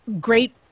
great